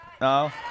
No